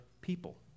people